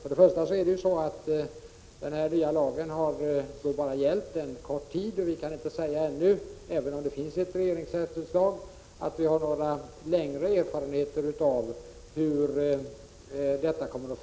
Först och främst är det så att den nya lagen bara har gällt en kort tid, och vi kan ännu inte säga — även om det finns ett regeringsrättsutslag — att vi har någon längre erfarenhet av hur detta fungerar.